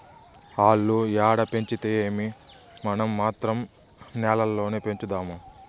ఆల్లు ఏడ పెంచితేమీ, మనం మాత్రం నేల్లోనే పెంచుదాము